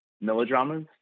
melodramas